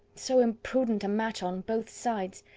so imprudent a match on both sides!